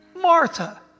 Martha